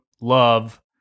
love